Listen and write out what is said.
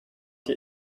die